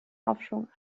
aufschwung